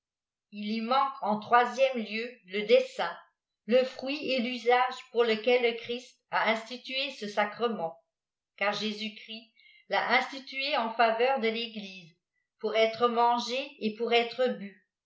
il y manque en troisième liéù le dessein le fruit et tusage pour lequel le clirist a institué ce sacrement citr jésus-christ l'a institué en faveur de l'eglise pour être mangé et pour èite bu